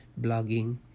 blogging